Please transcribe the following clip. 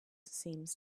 seems